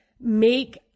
make